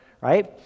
right